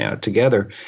together